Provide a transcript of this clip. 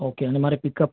okay અને મારે pickup